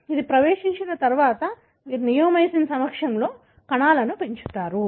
కాబట్టి అది ప్రవేశించిన తర్వాత మీరు నియోమైసిన్ సమక్షంలో కణాలను పెంచుతారు